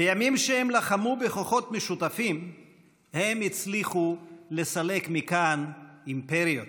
בימים שבהם לחמו בכוחות משותפים הם הצליחו לסלק מכאן אימפריות,